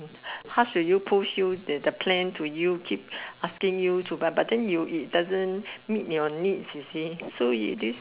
harsh to you push you the the plan to you keep asking you to but but then you you it doesn't meet your needs you see so you this